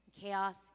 chaos